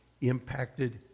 impacted